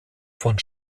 von